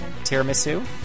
Tiramisu